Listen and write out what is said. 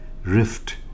rift